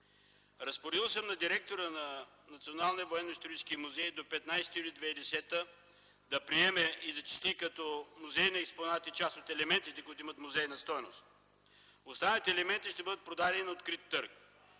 Разпоредил съм на директора на Националния военноисторически музей до 15 юли 2010 г. да приеме и зачисли като музейни експонати част от елементите, които имат музейна стойност. Останалите елементи ще бъдат продадени на открит търг.